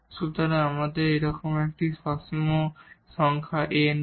সুতরাং আমাদের এইরকম একটি A সসীম সংখ্যা A নেই